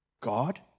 God